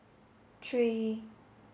three